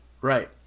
Right